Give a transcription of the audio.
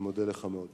אני מודה לך מאוד.